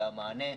תודה.